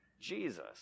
Jesus